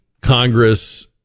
Congress